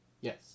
Yes